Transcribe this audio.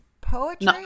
poetry